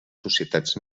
societats